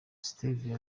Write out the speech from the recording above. stevia